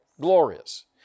Glorious